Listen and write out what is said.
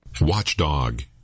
Watchdog